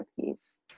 piece